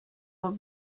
will